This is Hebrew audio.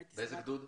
באיזה גדוד?